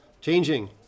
changing